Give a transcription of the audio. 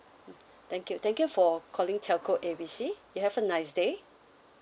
mm thank you thank you for calling telco A B C you have a nice day